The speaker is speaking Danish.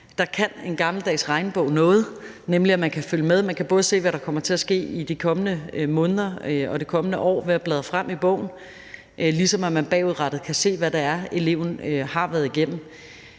Der kan en gammeldags regnebog noget; man kan nemlig følge med. Man kan både se, hvad der kommer til at ske i de kommende måneder og det kommende år ved at bladre frem i bogen, ligesom man bagudrettet kan se, hvad det er, eleven har været igennem.